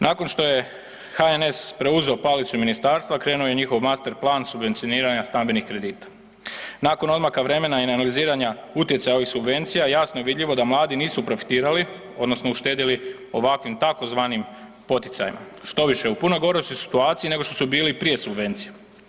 Nakon što je HNS preuzeo palicu ministarstva krenuo je njihov master plan subvencioniranja stambenih kredita, nakon odmaka vremena i analiziranja utjecaja ovih subvencija jasno je vidljivo da mladi nisu profitirali odnosno uštedili ovakvim tzv. poticajem, štoviše u puno goroj su situaciji nego što su bili prije subvencije.